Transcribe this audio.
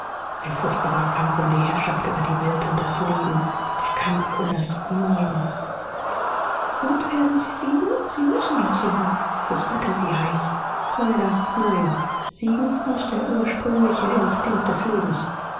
ein furchtbarer kampf um die herrschaft über die welt und das leben der kampf um das morgen und werden sie siegen sie müssen doch siegen flüsterte sie heiß leider nein siegen muß der ursprüngliche instinkt des lebens